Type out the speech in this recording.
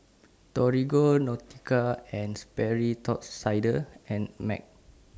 Torigo Nautica and Sperry Top Sider and Mac